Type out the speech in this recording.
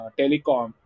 telecom